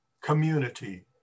community